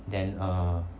then err